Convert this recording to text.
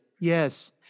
Yes